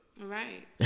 Right